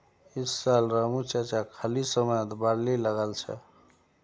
इस साल रामू चाचा खाली समयत बार्ली लगाल छ